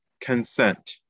Consent